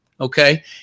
Okay